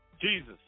Jesus